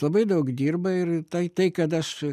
labai daug dirba ir tai tai kad aš